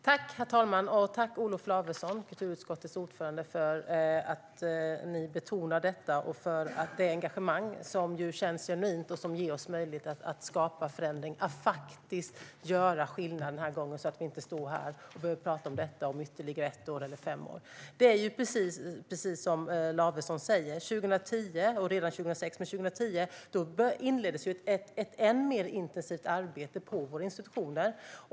Fru talman! Tack, kulturutskottets ordförande Olof Lavesson, för att ni betonar detta och för ert engagemang som känns genuint och som ger oss möjlighet att skapa en förändring och faktiskt göra skillnad den här gången, så att vi inte står här och pratar om detta om ytterligare ett eller fem år! Det är precis som Lavesson säger. Redan 2010 inleddes ett än mer intensivt arbete på våra institutioner.